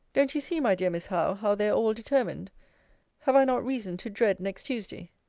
don't you see, my dear miss howe, how they are all determined have i not reason to dread next tuesday?